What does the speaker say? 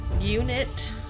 unit